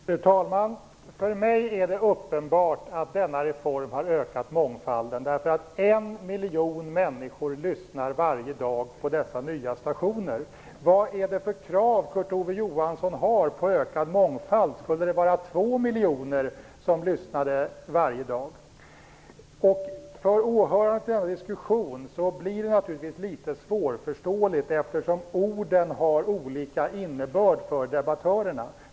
Fru talman! För mig är det uppenbart att denna reform har ökat mångfalden eftersom en miljon människor varje dag lyssnar på dessa nya stationer. Vilka krav har Kurt Ove Johansson på ökad mångfald? Är det att två miljoner människor lyssnar varje dag? För åhörare till denna diskussion blir det naturligtvis litet svårförståeligt eftersom orden har olika innebörd för debattörerna.